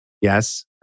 Yes